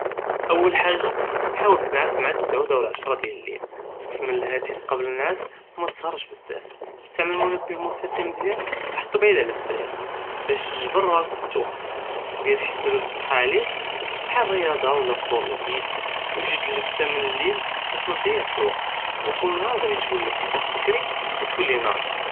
אול חאג'ה חאול תנעס מע ת'סעוד או אלעשרה דיאל אללייל, קסמן אלטלפון קבל אלנעאס ומתסהרש בזאף, אסטעמל מנבה מוסיקי מזיאן וחתו בעיד עלא אלסריר באש תג'בר ראסק תקוף, דר שי סבאב תצחה עלייה כחאל אלריאדה ו לא פטור לדזיד וגד אללבסה מן אללייל באש מתדיאעש אלווקט ו כל נהר גאדי תולף תפי קברי ותולי נשיט.